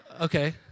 Okay